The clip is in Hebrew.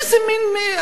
למה